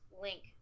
link